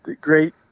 great